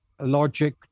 logic